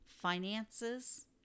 finances